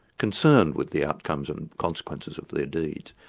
concerned with the outcomes and consequences of their deeds.